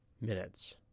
minutes